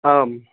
आम्